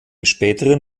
späteren